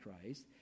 Christ